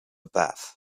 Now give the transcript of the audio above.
path